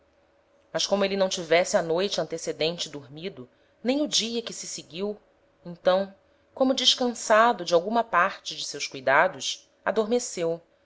mas como êle não tivesse a noite antecedente dormido nem o dia que se seguiu então como descansado de alguma parte de seus cuidados adormeceu